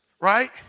right